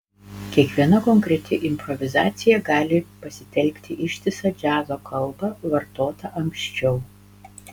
kiekviena konkreti improvizacija gali pasitelkti ištisą džiazo kalbą vartotą anksčiau